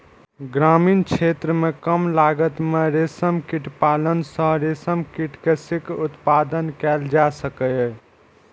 ग्रामीण क्षेत्र मे कम लागत मे रेशम कीट पालन सं रेशम कीट के शीघ्र उत्पादन कैल जा सकैए